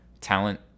talent